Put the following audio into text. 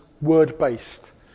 word-based